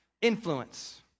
influence